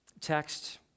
text